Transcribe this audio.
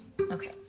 Okay